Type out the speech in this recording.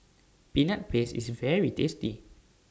Peanut Paste IS very tasty